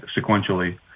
sequentially